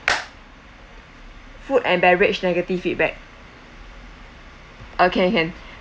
food and beverage negative feedback okay can